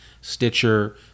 Stitcher